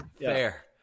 Fair